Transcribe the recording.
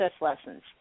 lessons